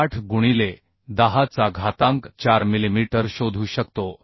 68 गुणिले 10 चा घातांक 4 मिलिमीटर शोधू शकतो